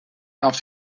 darf